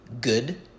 good